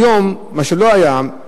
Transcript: כיום, מה שלא היה,